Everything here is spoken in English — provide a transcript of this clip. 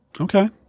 Okay